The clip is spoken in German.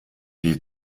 die